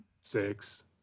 Six